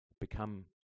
become